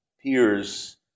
peers